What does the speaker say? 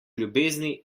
ljubezni